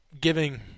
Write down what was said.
giving